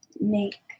make